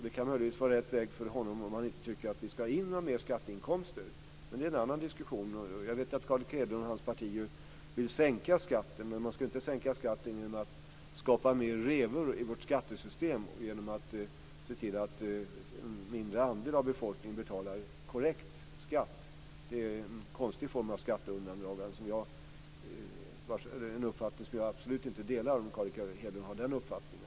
Det kan möjligtvis vara rätt för honom om han inte tycker att vi ska ha in några mer skatteinkomster. Men det är en annan diskussion. Jag vet att Carl Erik Hedlund och hans parti vill sänka skatten. Men man ska inte sänka skatten genom att skapa mer revor i vårt skattesystem genom att se till att en mindre andel av befolkningen betalar korrekt skatt. Det är en konstig form av skatteundandragande. Det är en uppfattning som jag absolut inte delar, om Carl Erik Hedlund har den uppfattningen.